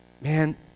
Man